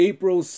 April